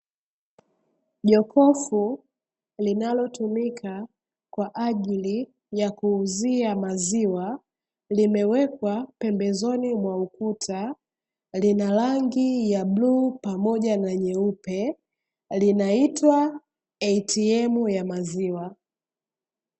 Jokofu linalotumika kwa ajili ya kuuzia maziwa, limewekwa pembezoni mwa ukuta. Lina rangi ya bluu, pamoja na nyeupe, linaitwa ATM ya maziwa.